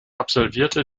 absolvierte